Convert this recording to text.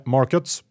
Markets